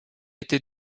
été